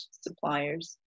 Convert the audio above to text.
suppliers